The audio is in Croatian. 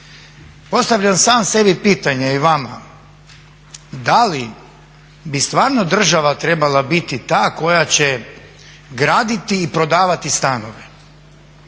Postavljam sam sebi pitanje i vama da li bi stvarno država trebala biti ta koja će graditi i prodavati stanove